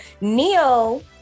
Neo